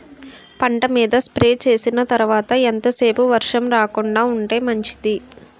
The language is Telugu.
పంట మీద స్ప్రే చేసిన తర్వాత ఎంత సేపు వర్షం రాకుండ ఉంటే మంచిది?